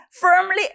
Firmly